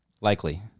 Likely